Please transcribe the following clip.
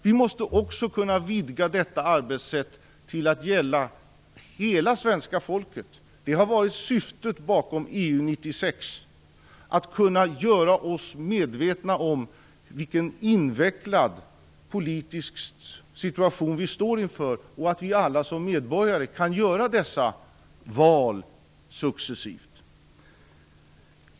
Vi måste också kunna vidga detta arbetssätt till att gälla hela svenska folket. Syftet bakom EU-96 har varit att göra oss medvetna om vilken invecklad politisk situation vi står inför och att vi alla som medborgare successivt kan göra dessa val.